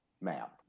map